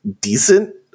decent